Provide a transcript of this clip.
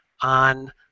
on